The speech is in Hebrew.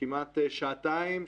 כמעט שעתיים,